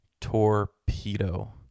torpedo